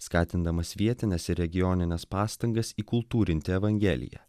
skatindamas vietines regionines pastangas įkultūrinti evangeliją